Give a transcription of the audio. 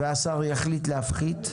והשר יחליט להפחית,